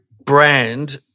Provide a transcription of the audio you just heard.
brand